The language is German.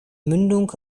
mündung